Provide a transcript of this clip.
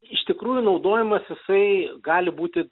iš tikrųjų naudojamas jisai gali būti